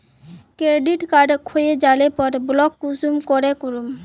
Credit card खोये जाले पर ब्लॉक कुंसम करे करूम?